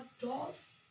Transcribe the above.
doors